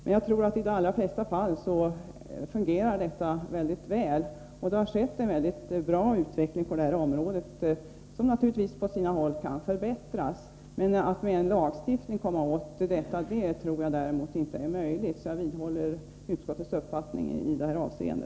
Jag tror att detta i de allra flesta fall fungerar väl, och utvecklingen har varit mycket positiv på detta område, även om den naturligtvis på sina håll kan förbättras. Jag tror emellertid inte att det är möjligt att komma åt detta problem med hjälp av en lagstiftning, utan jag vidhåller utskottets uppfattning i detta avseende.